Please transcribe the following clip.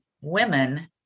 women